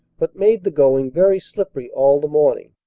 but made the going very sli ppery all the morning.